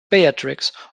beatrix